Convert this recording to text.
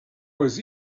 was